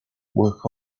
work